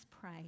pray